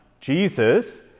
Jesus